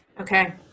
Okay